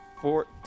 Four